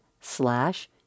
slash